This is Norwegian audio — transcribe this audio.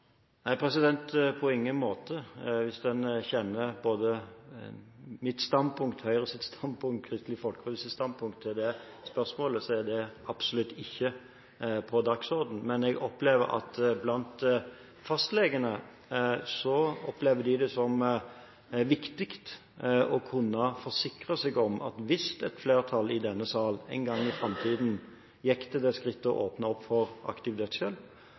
Nei, på ingen måte. Hvis en kjenner både mitt standpunkt, Høyres standpunkt og Kristelig Folkepartis standpunkt til det spørsmålet, er det absolutt ikke på dagsordenen. Men jeg oppfatter at fastlegene opplever det som viktig å kunne forsikre seg om, hvis et flertall i denne sal en gang i framtiden gikk til det skrittet å åpne opp for aktiv dødshjelp,